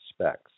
specs